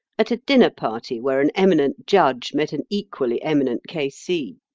at a dinner party where an eminent judge met an equally eminent k. c.